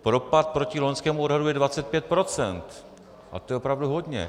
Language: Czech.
Propad proti loňskému odhadu je 25 % a to je opravdu hodně.